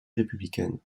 républicaine